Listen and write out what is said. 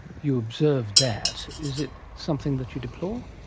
you observed that. is it something that you deplore?